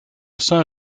saint